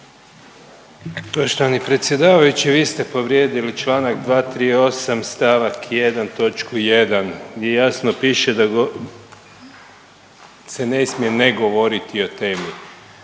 Poštovani predsjedavajući. Vi ste povrijedili čl. 238. st. 1. točku 1. gdje jasno piše da se ne smije ne govoriti o temi.